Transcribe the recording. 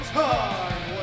time